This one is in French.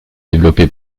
développé